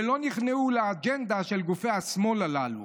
ולא נכנעו לאג'נדה של גופי השמאל הללו.